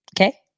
Okay